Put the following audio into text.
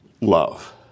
love